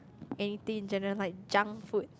anything in general like junk food